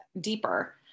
deeper